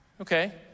Okay